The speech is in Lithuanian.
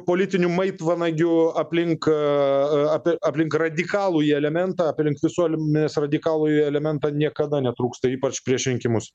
politinių maitvanagių aplink a apie aplink radikalųjį elementą aplink visolmenės radikalųjį elementą niekada netrūksta ypač prieš rinkimus